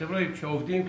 תודה.